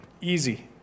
Easy